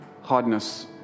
Hardness